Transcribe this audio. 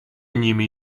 nimi